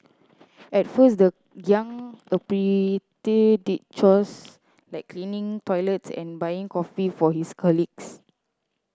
at first the young apprentice did chores like cleaning toilets and buying coffee for his colleagues